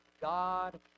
God